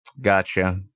Gotcha